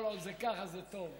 כל עוד זה ככה זה טוב.